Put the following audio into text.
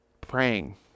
praying